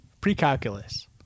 pre-calculus